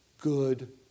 good